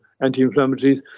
anti-inflammatories